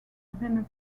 veine